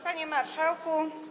Panie Marszałku!